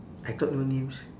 I thought no names